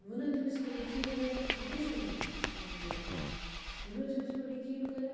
وٕنہٕ تٔمِس پٮ۪ٹھ یقیٖن کَرَکھ یہِ کُس چھُ وَنان یہِ چھِ وَنان بُڑٕ موج وٕنہٕ تٔمِس پٮ۪ٹھ یقیٖن کَرَکھ